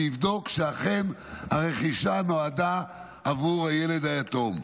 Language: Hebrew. שיבדוק שאכן הרכישה נועדה עבור הילד היתום.